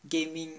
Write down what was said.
gaming